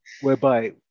whereby